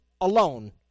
alone